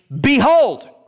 behold